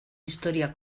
historia